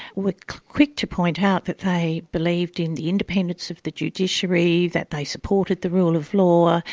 were quick to point out that they believed in the independence of the judiciary, that they supported the rule of law,